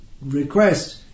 request